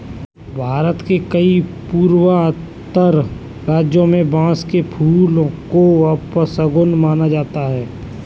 भारत के कई पूर्वोत्तर राज्यों में बांस के फूल को अपशगुन माना जाता है